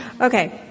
Okay